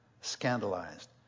scandalized